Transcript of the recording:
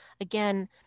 again